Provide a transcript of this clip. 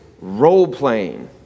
role-playing